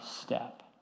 step